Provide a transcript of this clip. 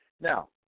Now